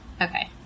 okay